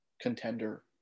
contender